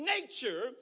nature